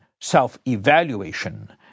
self-evaluation